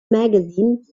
magazine